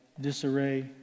disarray